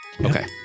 Okay